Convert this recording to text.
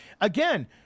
again